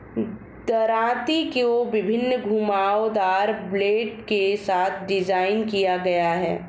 दरांती को विभिन्न घुमावदार ब्लेड के साथ डिज़ाइन किया गया है